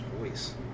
voice